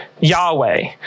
Yahweh